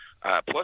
Plus